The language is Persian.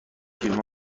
فیلم